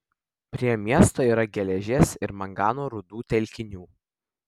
prie miesto yra geležies ir mangano rūdų telkinių